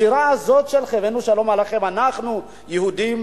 השירה הזאת של "הבאנו שלום עליכם", אנחנו יהודים,